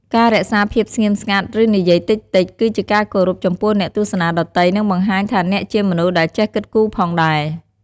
ការរក្សាភាពស្ងៀមស្ងាត់ ឬនិយាយតិចៗ គឺជាការគោរពចំពោះអ្នកទស្សនាដទៃ និងបង្ហាញថាអ្នកជាមនុស្សដែលចេះគិតគូរផងដែរ។